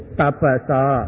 tapasa